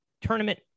tournament